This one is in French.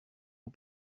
aux